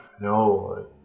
No